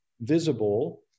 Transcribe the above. visible